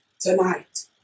Tonight